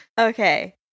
Okay